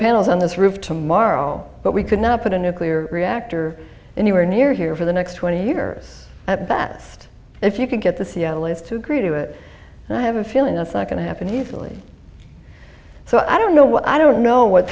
panels on this roof tomorrow but we could not put a nuclear reactor anywhere near here for the next twenty years at best if you could get the seattleites to agree to it and i have a feeling that's not going to happen easily so i don't know what i don't know what